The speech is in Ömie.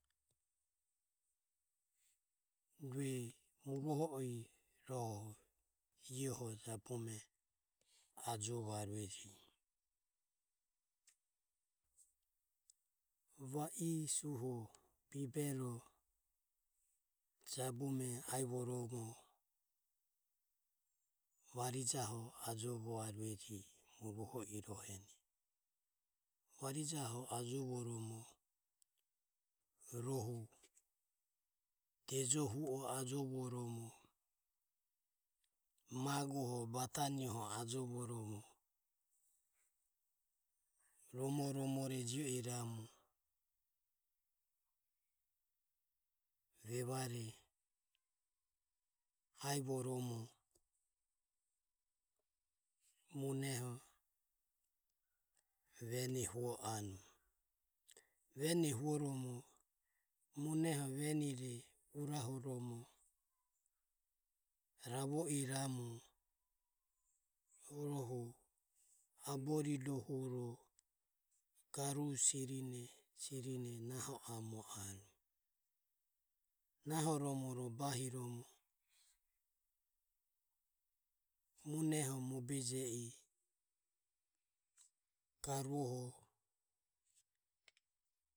Rue muroho irohe iaeho jabume ajovaurege. Va i suho bibero jabume aivoromo varijaho ajo vaureje muroho irane. Varijaho ajovoromo rohu dejohu o ajovoromo, magoho, batane ho ajovoromo romoromore jio iramu vevare aivoromo muneho vene huo anue. Venoho huoromo muneho urahoromo ravo iramu rohu aborido ome omohuro garu sirine sirine nahoromo ro bahiromo muneho mobe je i garuoho.